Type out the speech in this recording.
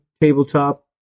tabletop